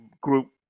group